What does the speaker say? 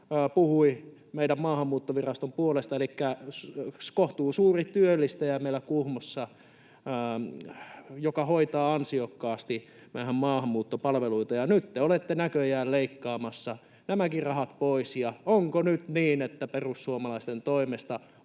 puhui meidän Maahanmuuttoviraston puolesta — elikkä kohtuusuuri työllistäjä meillä Kuhmossa, joka hoitaa ansiokkaasti maahanmuuttopalveluita — ja nyt te olette näköjään leikkaamassa nämäkin rahat pois. Onko nyt niin, että perussuomalaisten toimesta